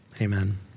Amen